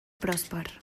pròsper